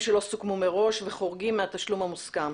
שלא סוכמו מראש וחורגים מהתשלום המוסכם.